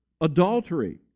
Adultery